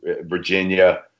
Virginia